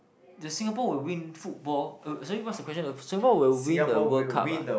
that Singapore will win football uh sorry what's the question uh Singapore will win the World Cup ah